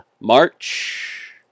March